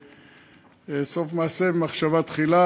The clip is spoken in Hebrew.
סוף מעשה במחשבה תחילה.